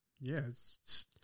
Yes